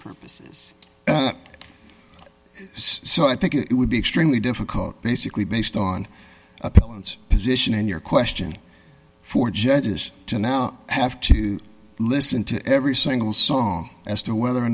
purposes so i think it would be extremely difficult basically based on dylan's position in your question for judges to now have to listen to every single song as to whether or